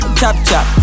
chop-chop